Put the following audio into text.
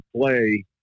play